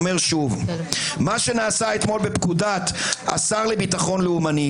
מה שנעשה אתמול בפקודת "השר לביטחון לאומני"